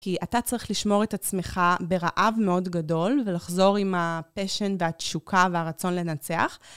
כי אתה צריך לשמור את עצמך ברעב מאוד גדול ולחזור עם הפשן והתשוקה והרצון לנצח.